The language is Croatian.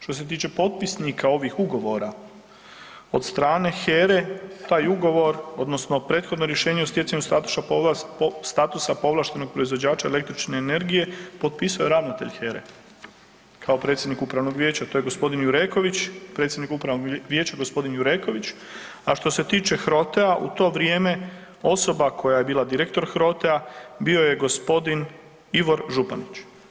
Što se tiče potpisnika ovih ugovora od strane HERE taj ugovor odnosno prethodno rješenje o stjecanju statusa povlaštenog proizvođača električne energije potpisao je ravnatelj HERE kao predsjednik upravnog vijeća to je gospodin Jureković, predsjednik upravnog vijeća gospodin Jureković, a što se tiče HROTE-a u to vrijeme osoba koja je bila direktor HROTE-a bio je gospodin Ivor Županić.